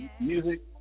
music